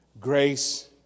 grace